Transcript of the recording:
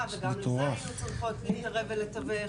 וגם בזה היינו צריכות להתערב ולתווך.